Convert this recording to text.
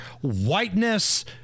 whiteness